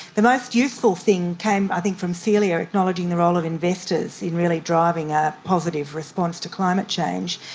the most useful thing came i think from cecilia, acknowledging the role of investors in really driving a positive response to climate change.